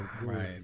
Right